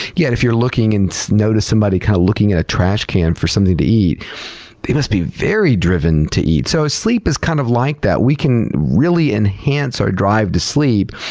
yet, if you're looking, and notice somebody kind of looking in a trash can for something to eat, then they must be very driven to eat. so sleep is kind of like that. we can really enhance our drive to sleep,